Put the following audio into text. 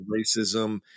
racism